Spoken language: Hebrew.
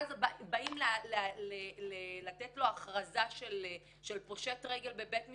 כשבאים לתת לו הכרזה של פושט רגל בבית משפט,